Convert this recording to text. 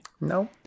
No